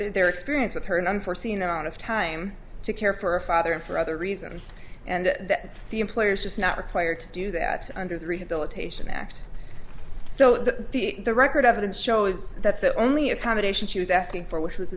their experience with her unforseen out of time to care for a father and for other reasons and that the employer's just not required to do that under the rehabilitation act so that the record evidence shows that the only accommodation she was asking for which was